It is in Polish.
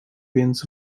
więc